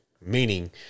Meaning